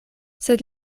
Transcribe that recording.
sed